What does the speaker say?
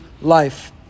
life